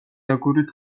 აგურით